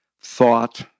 thought